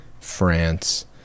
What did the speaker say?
France